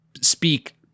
speak